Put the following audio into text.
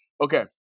Okay